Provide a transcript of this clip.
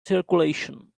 circulation